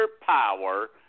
power